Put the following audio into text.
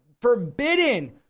forbidden